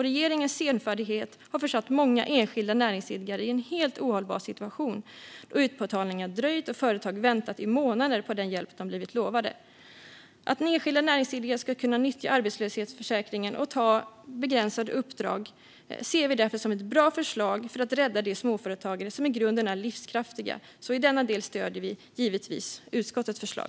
Regeringens senfärdighet har försatt många enskilda näringsidkare i en helt ohållbar situation, då utbetalningar dröjt och företag väntat i månader på den hjälp de blivit lovade. Att enskilda näringsidkare ska kunna nyttja arbetslöshetsförsäkringen och ta begränsade uppdrag ser vi därför som ett bra förslag för att rädda de småföretagare som i grunden är livskraftiga, så i denna del stöder vi givetvis utskottets förslag.